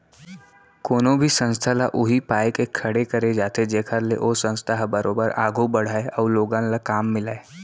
कोनो भी संस्था ल उही पाय के खड़े करे जाथे जेखर ले ओ संस्था ह बरोबर आघू बड़हय अउ लोगन ल काम मिलय